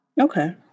Okay